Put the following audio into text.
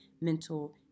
mental